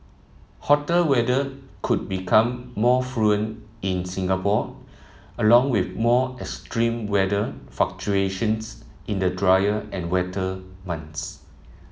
hotter weather could become more in Singapore along with more extreme weather fluctuations in the drier and wetter months